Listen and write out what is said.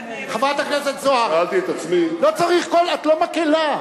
חובת הנאמנות, חברת הכנסת זוארץ, את לא מקהלה.